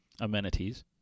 amenities